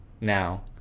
Now